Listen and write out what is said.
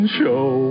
show